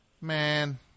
man